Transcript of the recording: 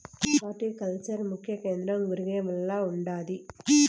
horticulture ముఖ్య కేంద్రం గురేగావ్ల ఉండాది